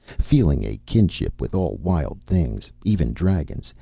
feeling a kinship with all wild things, even dragons,